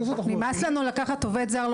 תיצרו מצב